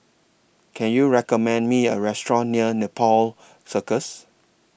Can YOU recommend Me A Restaurant near Nepal Circus